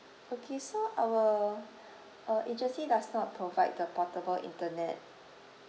okay so uh our agency does not provide the portable internet